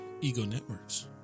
EgoNetworks